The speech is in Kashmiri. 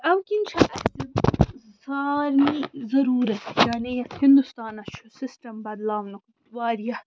اَمہِ کِنۍ چھُ اَسہِ سارنٕے ضروٗرتھ یعنی یَتھ ہِنٛدُستانَس چھُ سِسٹم بَدلاونُک واریاہ